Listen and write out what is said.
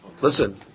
listen